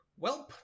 Welp